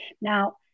Now